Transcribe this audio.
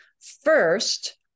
First